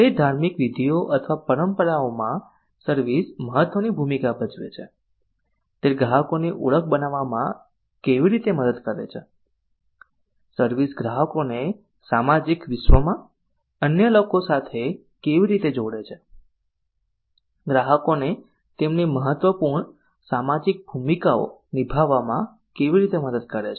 કઈ ધાર્મિક વિધિઓ અથવા પરંપરાઓમાં સર્વિસ મહત્વની ભૂમિકા ભજવે છે તે ગ્રાહકોની ઓળખ બનાવવામાં કેવી રીતે મદદ કરે છે સર્વિસ ગ્રાહકોને સામાજિક વિશ્વમાં અન્ય લોકો સાથે કેવી રીતે જોડે છે ગ્રાહકોને તેમની મહત્વપૂર્ણ સામાજિક ભૂમિકાઓ નિભાવવામાં કેવી રીતે મદદ કરે છે